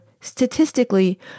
statistically